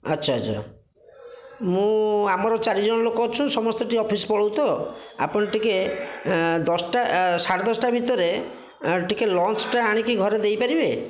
ଆଛା ଆଛା ମୁଁ ଆମର ଚାରି ଜଣ ଲୋକ ଅଛୁ ସମସ୍ତେ ଟିକେ ଅଫିସ୍ ପଳଉ ତ ଆପଣ ଟିକେ ଦଶଟା ସାଢ଼େ ଦଶଟା ଭିତରେ ଟିକେ ଲଞ୍ଚଟା ଆଣିକି ଘରେ ଦେଇ ପାରିବେ